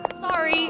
Sorry